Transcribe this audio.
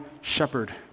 shepherd